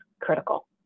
critical